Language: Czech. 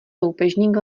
loupežník